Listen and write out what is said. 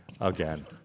again